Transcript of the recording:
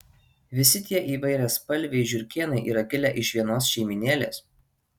visi tie įvairiaspalviai žiurkėnai yra kilę iš vienos šeimynėlės